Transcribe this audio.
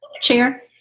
chair